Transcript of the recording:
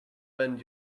bend